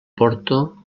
porto